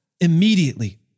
immediately